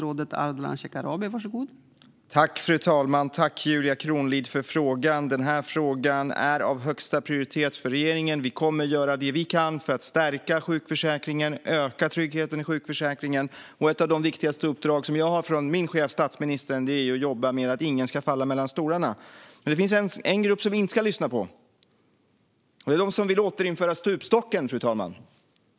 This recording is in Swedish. Fru talman! Tack, Julia Kronlid, för frågan! Den här frågan är av högsta prioritet för regeringen. Vi kommer att göra vad vi kan för att stärka sjukförsäkringen och öka tryggheten i sjukförsäkringen. Ett av de viktigaste uppdrag som jag har från min chef, statsministern, är att jobba för att ingen ska falla mellan stolarna. Det finns dock en grupp som vi inte ska lyssna på, och det är de som vill återinföra stupstocken, fru talman.